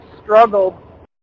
struggled